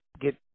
get